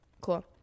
Cool